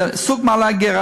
זה סוג של מעלה גירה,